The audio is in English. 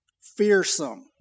fearsome